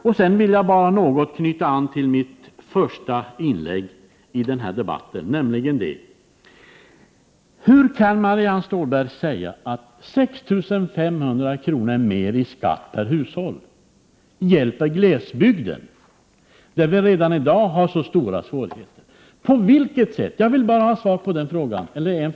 Jag vill också något knyta an till mitt första inlägg i denna debatt. Hur kan Marianne Stålberg säga att 6 500 kr. mer i skatt per hushåll hjälper glesbygden, när vi redan i dag har så stora svårigheter? På vilket sätt hjälper detta glesbygden?